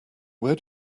where